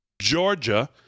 Georgia